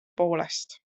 poolest